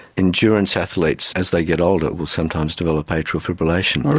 endurance athletes as they get older will sometimes develop atrial fibrillation. oh